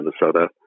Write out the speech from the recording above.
Minnesota